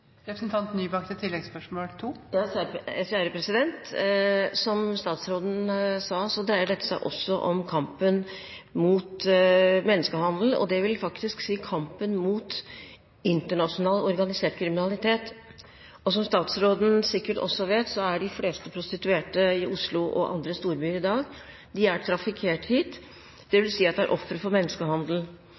Som statsråden sa, dreier dette seg også om kampen mot menneskehandel, og det vil faktisk si kampen mot internasjonal organisert kriminalitet. Som statsråden sikkert også vet, er de fleste prostituerte i dag, i Oslo og andre storbyer, trafikkert hit, og det vil si at de er ofre for menneskehandel.